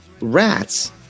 Rats